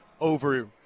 over